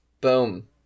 Boom